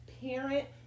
parent